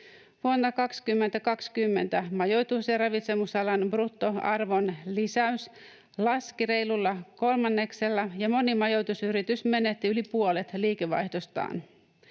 Vuonna 2020 majoitus- ja ravitsemusalan bruttoarvonlisäys laski reilulla kolmanneksella ja moni majoitusyritys menetti yli puolet liikevaihdostaan.